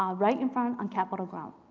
um right in front, on capitol ground.